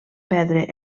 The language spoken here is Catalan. perdre